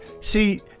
see